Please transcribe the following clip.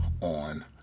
on